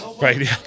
Right